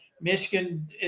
Michigan